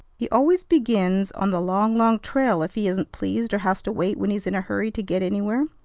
he always begins on the long, long trail' if he isn't pleased or has to wait when he's in a hurry to get anywhere.